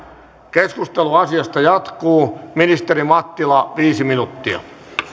keskustelu asiasta jatkuu ministeri mattila viisi minuuttia